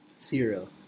zero